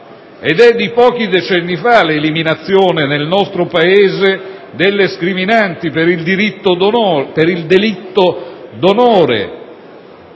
ed è di pochi decenni fa l'eliminazione nel nostro Paese della scriminante per il delitto d'onore.